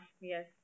yes